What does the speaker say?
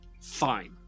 Fine